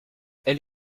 elle